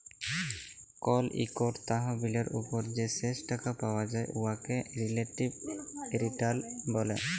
call ইকট তহবিলের উপর যে শেষ টাকা পাউয়া যায় উয়াকে রিলেটিভ রিটার্ল ব্যলে